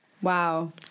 Wow